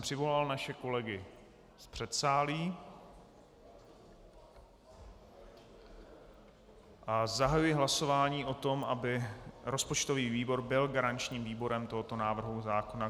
Přivolal jsem naše kolegy z předsálí a zahajuji hlasování o tom, aby rozpočtový výbor byl garančním výborem tohoto návrhu zákona.